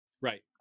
Right